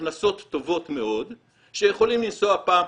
הכנסות טובות מאוד שיכולים לנסוע פעם,